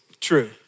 True